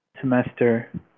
semester